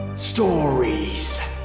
Stories